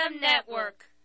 Network